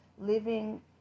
living